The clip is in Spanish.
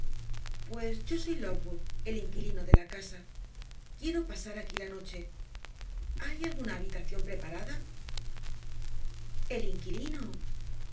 pues yo soy lockwood el inquilino de la casa quiero pasar aquí la noche hay alguna habitación preparada el inquilino